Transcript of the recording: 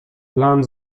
plan